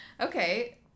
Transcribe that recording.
Okay